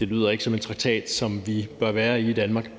lyder ikke som en traktat, som vi bør være med i i Danmark.